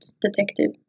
detective